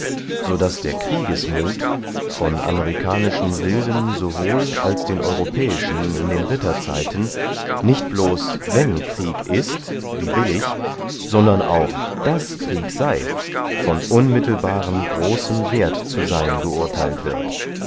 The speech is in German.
so daß kriegesmuth von amerikanischen wilden sowohl als den europäischen in den ritterzeiten nicht bloß wenn krieg ist wie billig sondern auch daß krieg sey von unmittelbarem großem werth zu seyn geurtheilt wird